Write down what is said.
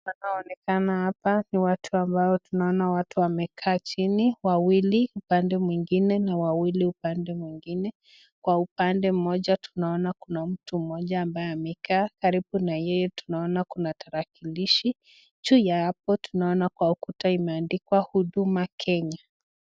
Wanao hapa ni watu ambao tunaona watu wamekaa chini, wawili upande mwingine na wawili kwa upande mwingine. Kwa upande mmoja tunaona kuna mtu mmoja ambaye amekaa, karibu na yeye tunaona kuna tarakilishi. Juuu ya hapo imeandikwa Huduma Kenya.